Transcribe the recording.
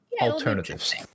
alternatives